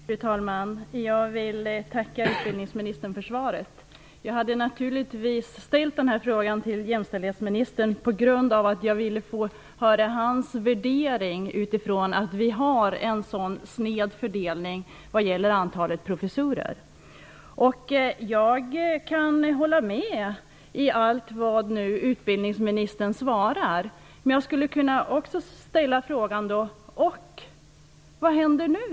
Fru talman! Jag vill tacka utbildningsministern för svaret. Jag ställde frågan till jämställdhetsministern på grund av att jag ville höra hans värdering av att vi har en så sned könsfördelning när det gäller antalet professorer. Jag kan hålla med om allt det som utbildningsministern säger i svaret. Men jag kan också ställa frågan: Vad händer nu?